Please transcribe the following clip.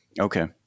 Okay